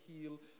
heal